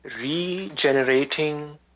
regenerating